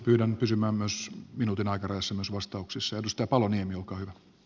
pyydän pysymään minuutin aikarajassa myös vastauksissa